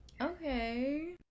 Okay